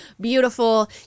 beautiful